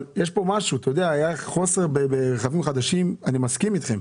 היה חוסר ברכבים חדשים, אני מסכים אתכם,